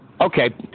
Okay